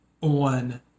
on